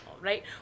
right